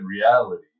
reality